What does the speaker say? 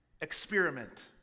Experiment